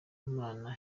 imana